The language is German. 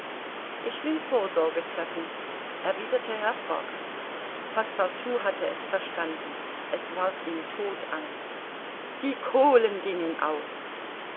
ich will vorsorge treffen erwiderte herr fogg passepartout hatte es verstanden es ward ihm todtangst die kohlen gingen aus